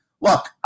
look